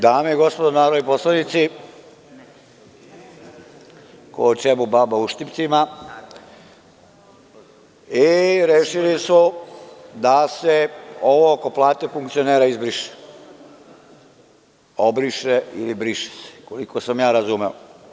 Dame i gospodo narodni poslanici, ko o čemu baba o uštipcima, i rešili su da se ovo oko plate funkcionera izbriše, obriše ili briše se, koliko sam ja razumeo.